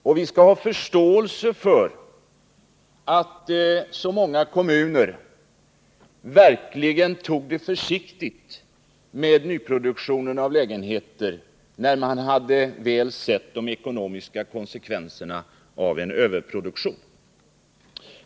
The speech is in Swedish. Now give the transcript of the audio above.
Och vi skall ha förståelse för att så många kommuner verkligen tog det försiktigt med nyproduktionen av lägenheter när de väl hade sett de ekonomiska konsekvenserna av en överproduktion.